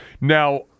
now